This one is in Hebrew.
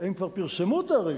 הם כבר פרסמו תעריף,